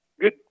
good